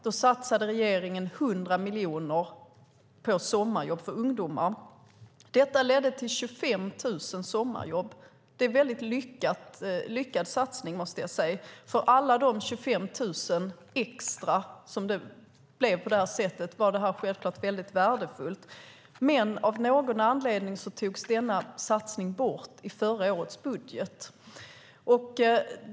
Då satsade regeringen 100 miljoner på sommarjobb för ungdomar. Detta ledde till 25 000 sommarjobb. Det är en lyckad satsning. För alla de 25 000 extra ungdomar som fick jobb var detta självklart värdefullt. Men av någon anledning togs denna satsning bort i förra årets budget.